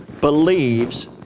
believes